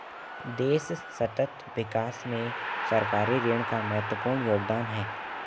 देश सतत विकास में सरकारी ऋण का महत्वपूर्ण योगदान है